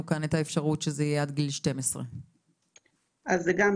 כאן את האפשרות שזה יהיה עד גיל 12. אז זה גם,